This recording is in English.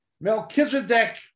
Melchizedek